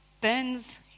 burns